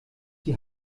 die